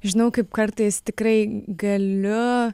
žinau kaip kartais tikrai galiu